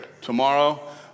tomorrow